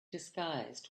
disguised